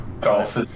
Golf